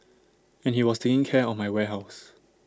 and he was taking care of my warehouse